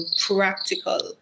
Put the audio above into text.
practical